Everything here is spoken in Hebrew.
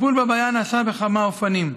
הטיפול בבעיה נעשה בכמה אופנים: